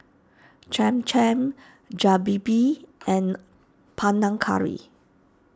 Cham Cham and Panang Curry